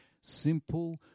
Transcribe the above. simple